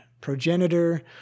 progenitor